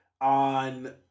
on